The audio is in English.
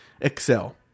excel